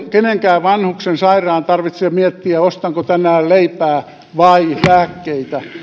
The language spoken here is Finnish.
kenenkään vanhuksen sairaan tarvitse miettiä ostanko tänään leipää vai lääkkeitä